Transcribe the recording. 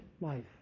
life